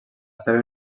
estava